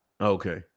Okay